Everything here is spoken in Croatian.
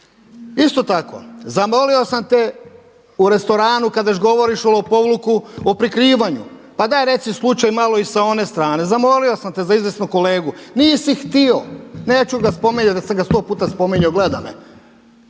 Isto tako zamolio sam te u restoranu kad već govoriš o lopovluku, o prikrivanju pa daj reci slučaj malo i sa one strane, zamolio sam te za izvjesnog kolegu, nisi htio, neću ga spominjati da sam ga sto puta spominjao, gleda me.